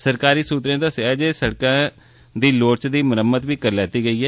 सरकारी सूत्रें दस्सेआ जे सड़का दी लोड़चदी मरम्मत बी करी लैती गेई ऐ